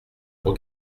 pour